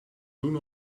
zoen